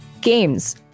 Games